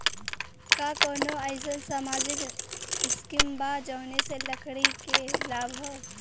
का कौनौ अईसन सामाजिक स्किम बा जौने से लड़की के लाभ हो?